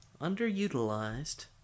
underutilized